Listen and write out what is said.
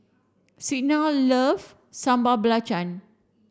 Signa love Sambal Belacan